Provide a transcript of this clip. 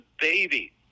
baby